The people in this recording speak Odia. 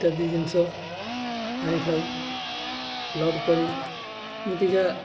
ଇତ୍ୟାଦି ଜିନିଷ ଆଣିଥାଉ ଲୋଡ଼୍ କରି ଏମିତିକା